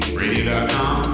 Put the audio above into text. radio.com